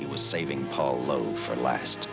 it was saving paulo for last